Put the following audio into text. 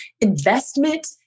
investment